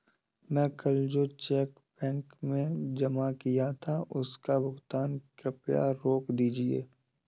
मैं कल जो चेक बैंक में जमा किया था उसका भुगतान कृपया रोक दीजिए